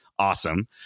Awesome